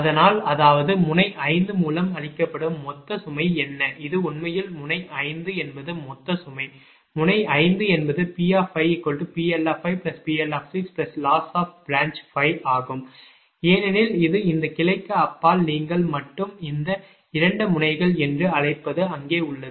அதனால் அதாவது முனை 5 மூலம் அளிக்கப்படும் மொத்த சுமை என்ன இது உண்மையில் முனை 5 என்பது மொத்த சுமை முனை 5 என்பது P5PL5PL6loss of branch 5 ஆகும் ஏனெனில் இது இந்த கிளைக்கு அப்பால் நீங்கள் மட்டுமே இந்த 2 முனைகள் என்று நீங்கள் அழைப்பது அங்கே உள்ளது